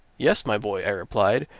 yes, my boy, i replied.